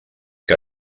que